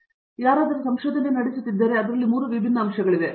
ಚಕ್ರವರ್ತಿ ಆದ್ದರಿಂದ ಯಾರಾದರೂ ಸಂಶೋಧನೆ ನಡೆಸುತ್ತಿದ್ದರೆ ಅದರಲ್ಲಿ 3 ವಿಭಿನ್ನ ಅಂಶಗಳಿವೆ